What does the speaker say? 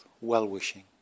well-wishing